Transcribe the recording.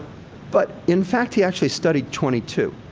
but in fact, he actually studied twenty two.